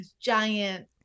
giant